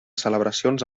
celebracions